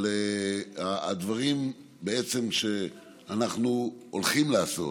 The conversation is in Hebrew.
את הדברים שאנחנו הולכים לעשות.